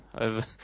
Over